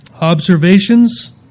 Observations